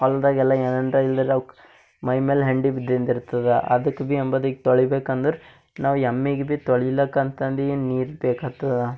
ಹೊಲದಾಗೆಲ್ಲ ಅವಕ್ ಮೈಮೇಲೆ ಹೆಂಡಿ ಬಿದ್ದಿದಿರ್ತದ ಅದಕ್ಕ ಭಿ ಅಂಬದೀಗ ತೊಳಿಬೇಕಂದ್ರೆ ನಾವು ಎಮ್ಮಿಗೆ ಭಿ ತೊಳಿಲಕಂತಂದೀ ನೀರು ಬೇಕ್ಹಾತ್ತದ